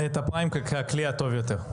שהיא הציגה את הפריים ככלי הזול יותר.